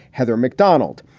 heather mcdonald.